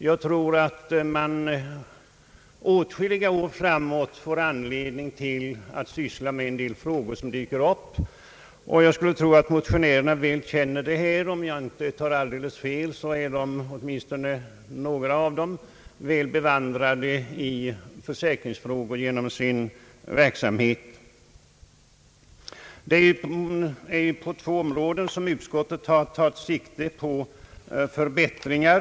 Jag tror att man åtskilliga år framåt får anledning att syssla med en del frågor som dyker upp. Jag skulle tro att motionärerna väl känner detta ämne. Om jag inte tar alldeles fel är åtminstone några av dem väl bevandrade i försäkringsfrågor genom sin verksamhet. Det är på två områden som utskottet tagit sikte på förbättringar.